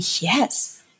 yes